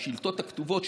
בשאילתות הכתובות,